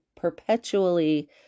perpetually